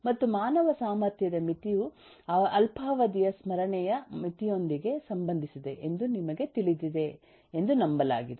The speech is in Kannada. ಮತ್ತು ಮಾನವ ಸಾಮರ್ಥ್ಯದ ಮಿತಿಯು ಅಲ್ಪಾವಧಿಯ ಸ್ಮರಣೆಯ ಮಿತಿಯೊಂದಿಗೆ ಸಂಬಂಧಿಸಿದೆ ಎಂದು ನಿಮಗೆ ತಿಳಿದಿದೆ ಎಂದು ನಂಬಲಾಗಿದೆ